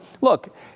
look